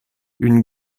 une